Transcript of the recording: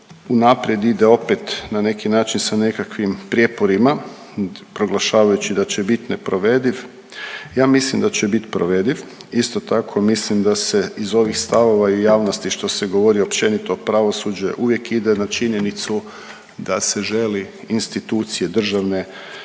unaprijed ide opet na neki način sa nekakvim prijeporima, proglašavajući da će bit neprovediv, ja mislim da će bit provediv, isto tako, mislim da se iz ovih stavova i javnosti što se govori općenito pravosuđe, uvijek ide na činjenicu da se želi institucije državne